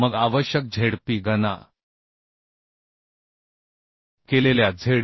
मग आवश्यक Zp गणना केलेल्या झेड